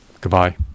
Goodbye